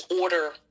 order